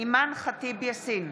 אימאן ח'טיב יאסין,